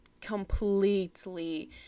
completely